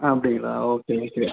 அப்படிங்களா okay okay